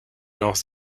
lance